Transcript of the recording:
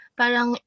parang